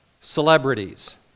celebrities